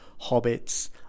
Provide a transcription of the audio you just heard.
hobbits